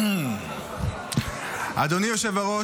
אדוני היושב-ראש,